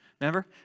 Remember